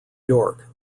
york